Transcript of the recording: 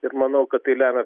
ir manau kad tai lemia